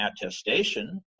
attestation